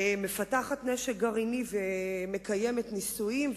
מפתחת נשק גרעיני ומקיימת ניסויים,